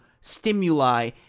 stimuli